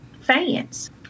fans